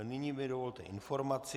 Nyní mi dovolte informaci.